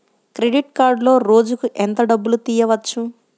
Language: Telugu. క్రెడిట్ కార్డులో రోజుకు ఎంత డబ్బులు తీయవచ్చు?